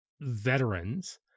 veterans